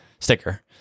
sticker